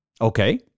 Okay